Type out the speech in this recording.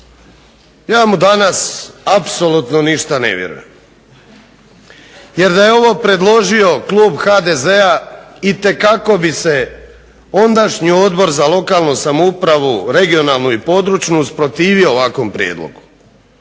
ja mu danas apsolutno ništa ne vjerujem, jer da je ovo predložio Klub HDZ-a itekako bi se ondašnji Odbor za lokalnu samoupravu, regionalnu i područnu usprotivio ovakvom prijedlogu.